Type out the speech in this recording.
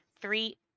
three